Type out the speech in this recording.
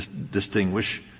distinguish